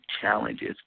challenges